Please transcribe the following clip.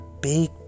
big